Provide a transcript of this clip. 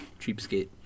Cheapskate